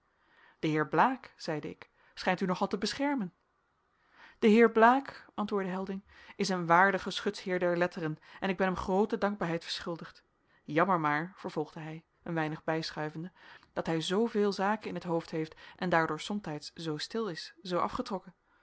de heer blaek zeide ik schijnt u nogal te beschermen de heer blaek antwoordde helding is een waardige schutsheer der letteren en ik ben hem groote dankbaarheid verschuldigd jammer maar vervolgde hij een weinig bijschuivende dat hij zooveel zaken in het hoofd heeft en daardoor somtijds zoo stil is zoo afgetrokken